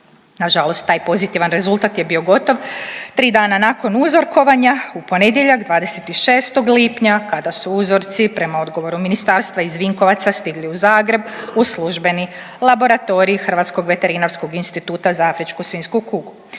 Nažalost, taj pozitivan rezultat je bio gotov tri dana nakon uzorkovanja u ponedjeljak 26. lipnja kada su uzorci prema odgovoru ministarstva iz Vinkovaca stigli u Zagreb u službeni laboratorij Hrvatskog veterinarskog instituta za afričku svinjsku kugu.